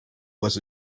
was